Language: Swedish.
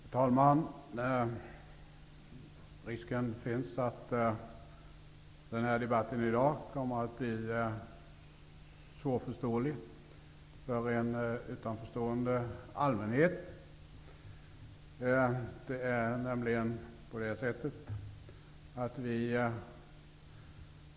Herr talman! Det finns en risk för att den här debatten i dag kommer att bli svårförståelig för en utanförstående allmänhet.